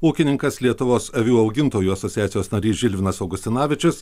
ūkininkas lietuvos avių augintojų asociacijos narys žilvinas augustinavičius